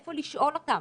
איפה לשאול אותם,